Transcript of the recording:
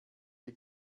die